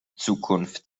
zukunft